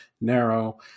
narrow